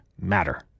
matter